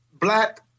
Black